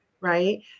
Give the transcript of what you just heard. right